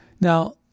Now